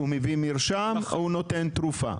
הוא מביא מרשם, הוא נותן תרופה.